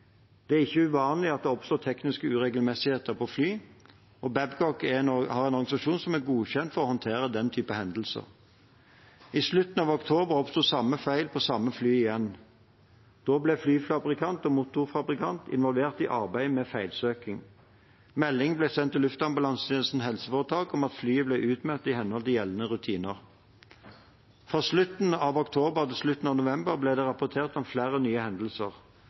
Det er ikke uvanlig at det oppstår tekniske uregelmessigheter på fly, og Babcock har en organisasjon som er godkjent for å håndtere den type hendelser. I slutten av oktober oppsto samme feil på samme fly igjen. Da ble flyfabrikant og motorfabrikant involvert i arbeidet med feilsøking. Melding ble sendt til Luftambulansetjenesten HF om at flyet ble utmeldt i henhold til gjeldende rutiner. Fra slutten av oktober til slutten av november ble det rapportert om flere nye hendelser.